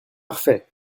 parfait